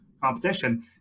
competition